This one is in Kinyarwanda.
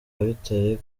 bitare